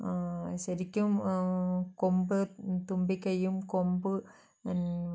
ശരിക്കും കൊമ്പ് തുമ്പിക്കയ്യും കൊമ്പ്